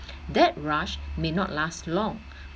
that rush may not last long